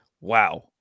Wow